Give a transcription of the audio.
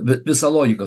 bet visa logika